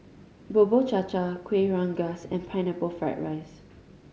Bubur Cha Cha Kuih Rengas and Pineapple Fried rice